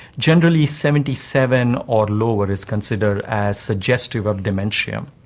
generally seventy seven or lower is considered as suggestive of dementia.